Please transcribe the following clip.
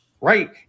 Right